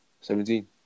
Seventeen